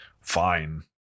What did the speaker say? fine